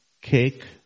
cake